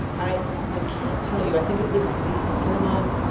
i i can't tell you. i think it was the cinema,